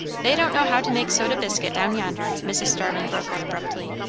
they don't know how to make soda biscuit down yonder, mrs. starling broke out abruptly,